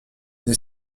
les